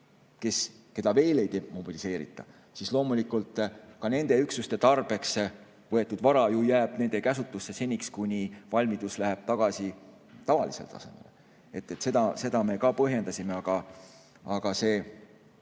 üksused, keda veel ei demobiliseerita, siis loomulikult ka nende üksuste tarbeks võetud vara jääb nende käsutusse seniks, kuni valmidus langeb tavalisele tasemele. Seda me ka põhjendasime, aga paraku